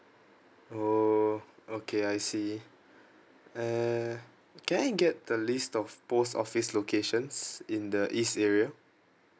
orh okay I see and can I get a list of post office locations in the east area